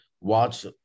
watch